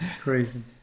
crazy